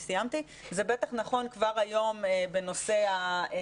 זה בטח נכון כבר היום בנושא של ציוד הקצה,